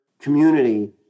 community